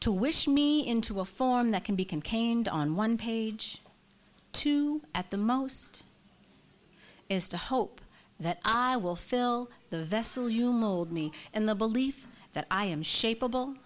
to wish me into a form that can be contained on one page to at the most is to hope that i will fill the vessel you load me in the belief that i am shape of